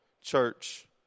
church